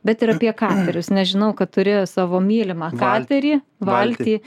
bet ir apie katerius nes žinau kad turi savo mylimą katerį valtį